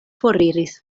foriris